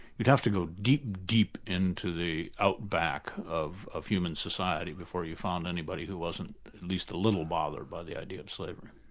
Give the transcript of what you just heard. you'd have to go deep, deep into the outback of of human society before you found anybody who wasn't at least a little bothered by the idea of slavery.